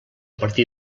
partir